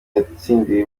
yatsindiwe